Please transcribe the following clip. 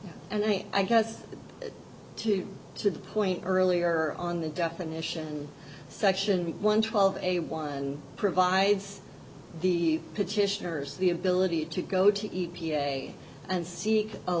and i guess to to the point earlier on the definition section one twelve a one provides the petitioners the ability to go to e p a and seek a